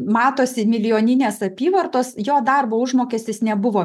matosi milijoninės apyvartos jo darbo užmokestis nebuvo